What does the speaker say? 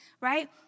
right